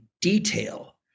detail